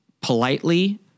politely